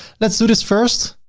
let's do this first,